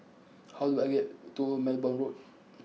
how do I get to Belmont Road